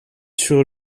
sur